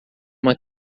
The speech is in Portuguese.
uma